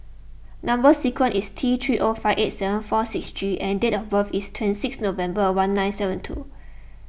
Number Sequence is T three O five eight seven four six G and date of birth is twenty six November one nine seven two